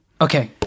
Okay